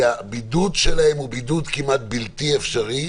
כי הבידוד שלהם הוא בידוד כמעט בלתי אפשרי,